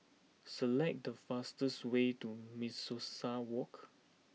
select the fastest way to Mimosa Walk